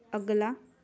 ਅਗਲਾ